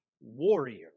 Warrior